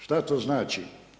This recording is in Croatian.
Što to znači?